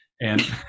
And-